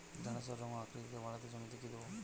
ঢেঁড়সের রং ও আকৃতিতে বাড়াতে জমিতে কি দেবো?